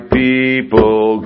people